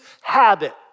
habit